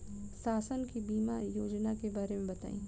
शासन के बीमा योजना के बारे में बताईं?